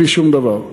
בלי שום דבר.